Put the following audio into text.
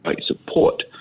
support